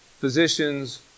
physicians